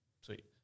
sweet